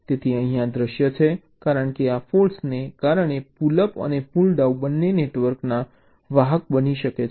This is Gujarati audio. તેથી અહીં આ દૃશ્ય છે કારણ કે આ ફૉલ્ટ્ને કારણે પુલ અપ અને પુલ ડાઉન બંને નેટવર્ક વાહક બની શકે છે